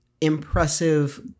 impressive